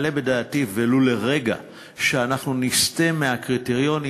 מעלה בדעתי ולו לרגע שאנחנו נסטה מהקריטריונים.